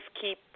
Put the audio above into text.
keep